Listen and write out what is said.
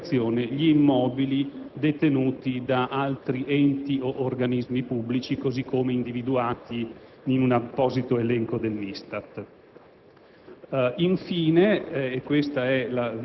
per espungere da tale ambito di applicazione gli immobili detenuti da altri enti o organismi pubblici, così come individuati in un apposito elenco dell'ISTAT.